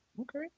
okay